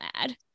mad